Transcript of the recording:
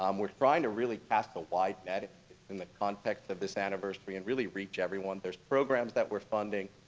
um we're trying to really cast a wide net in the context of this anniversary and really reach everyone. there's programs that we're funding,